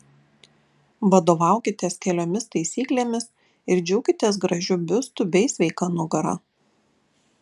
vadovaukitės keliomis taisyklėmis ir džiaukitės gražiu biustu bei sveika nugara